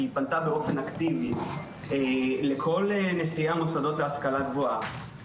שהיא פנתה באופן אקטיבי לכל נשיא המוסדות להשכלה גבוהה